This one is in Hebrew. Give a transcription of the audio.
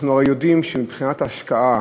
אנחנו הרי יודעים שמבחינת ההשקעה